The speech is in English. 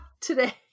today